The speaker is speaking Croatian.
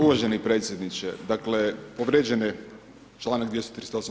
Uvaženi predsjedniče, dakle povrijeđen je članak 238.